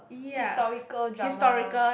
historical drama